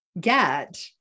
get